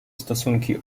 stosunki